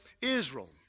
Israel